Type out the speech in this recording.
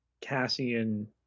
Cassian